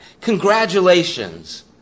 Congratulations